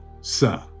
sir